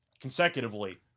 consecutively